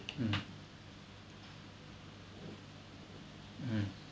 mm mm